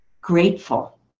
grateful